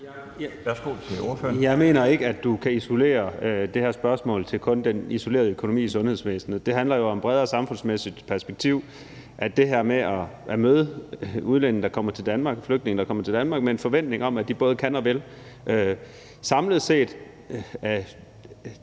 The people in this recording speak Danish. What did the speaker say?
Jeg mener ikke, at du kan sige, at det her spørgsmål kun handler om økonomien i sundhedsvæsenet. Men det handler jo om et bredere samfundsmæssigt perspektiv, altså det her med at møde udlændinge, der kommer til Danmark, og flygtninge, der kommer til Danmark, med en forventning om, at de både kan og vil. Det er